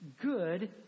good